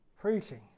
Preaching